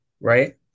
right